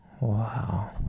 Wow